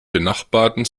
benachbarten